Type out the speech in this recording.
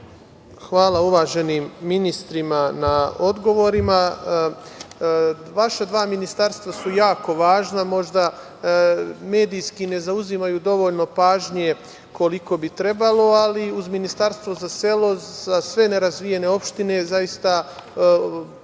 Hvala uvaženim ministrima na odgovorima. Vaša dva ministarstva su jako važna. Možda medijski ne zauzimaju dovoljno pažnje koliko bi trebalo, ali uz Ministarstvo za selo za sve nerazvijene opštine zaista